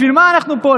בשביל מה אנחנו פה?